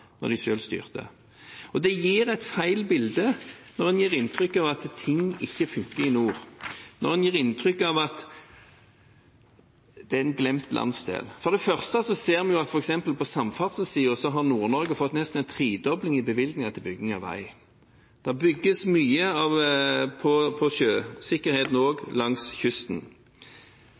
de selv styrte. Det gir et feil bilde når en gir inntrykk av at ting ikke funker i nord, når en gir inntrykk av at det er en glemt landsdel. For det første ser vi f.eks. på samferdselssiden at Nord-Norge har fått nesten en tredobling i bevilgninger til bygging av vei. Det bygges mye innen sjøsikkerhet også langs kysten. Fagfolk vurderer at beredskapen langs kysten